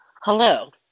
Hello